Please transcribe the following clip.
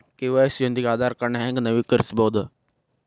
KYC ಯೊಂದಿಗ ಆಧಾರ್ ಕಾರ್ಡ್ನ ಹೆಂಗ ನವೇಕರಿಸಬೋದ